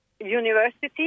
university